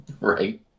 Right